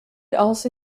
also